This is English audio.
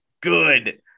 good